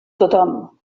tothom